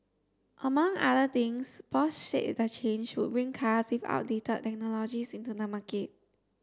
among other things Bosch said the change would bring cars with outdated technologies into the market